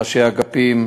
ראשי אגפים,